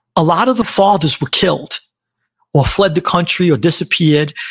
a lot of the fathers were killed or fled the country or disappeared,